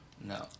No